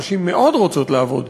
נשים מאוד רוצות לעבוד,